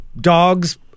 dogs